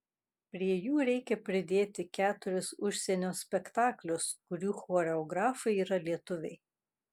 prie jų reikia pridėti keturis užsienio spektaklius kurių choreografai yra lietuviai